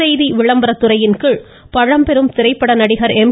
செய்தி விளம்பரத் துறையின் கீழ் பழம்பெரும் திரைப்பட நடிகர் எம்